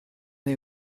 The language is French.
est